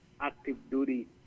active-duty